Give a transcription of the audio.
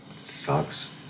sucks